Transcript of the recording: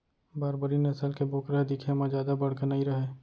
बारबरी नसल के बोकरा ह दिखे म जादा बड़का नइ रहय